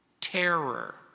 Terror